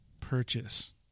purchase